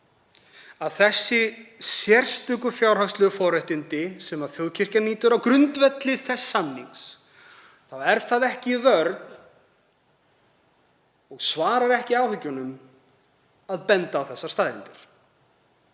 þau sérstöku fjárhagslegu forréttindi sem þjóðkirkjan nýtur á grundvelli þess samnings eru gagnrýnd er það ekki vörn og svarar ekki áhyggjunum að benda á þessar staðreyndir.